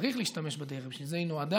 וצריך להשתמש בדרך, בשביל זה היא נועדה,